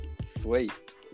Sweet